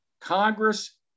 Congress